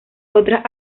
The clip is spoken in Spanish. otras